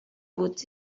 would